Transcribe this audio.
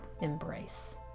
embrace